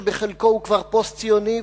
שבחלקו הוא כבר פוסט-ציוני,